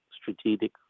strategic